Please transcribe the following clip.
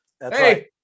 Hey